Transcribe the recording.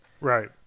Right